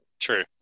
true